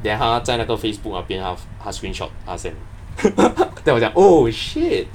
then 他在那个 facebook 在那边他他 screenshot 他 send then 我讲 oh shit